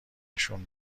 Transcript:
نشون